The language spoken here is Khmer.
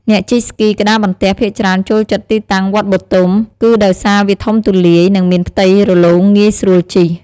អ្នកជិះស្គីក្ដារបន្ទះភាគច្រើនចូលចិត្តទីតាំងវត្តបទុម គឺដោយសារវាធំទូលាយ និងមានផ្ទៃរលោងងាយស្រួលជិះ។